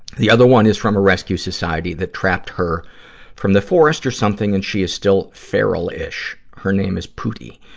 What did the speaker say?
the other one is from a rescue society that trapped her from the forest or something and she is still feral-ish. her name is pootie